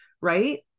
Right